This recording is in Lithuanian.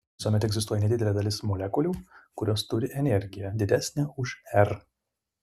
visuomet egzistuoja nedidelė dalis molekulių kurios turi energiją didesnę už r